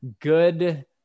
good